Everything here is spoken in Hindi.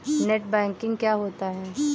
नेट बैंकिंग क्या होता है?